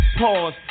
Pause